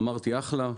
אמרתי "אחלה",